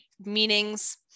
meanings